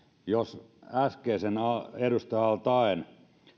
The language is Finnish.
jos äsken edustaja al taee